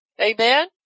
Amen